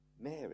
Mary